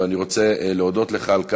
ואני רוצה להודות לך על כך.